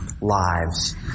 lives